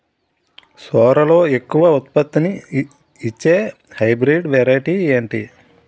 సోరలో ఎక్కువ ఉత్పత్తిని ఇచే హైబ్రిడ్ వెరైటీ ఏంటి?